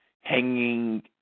hanging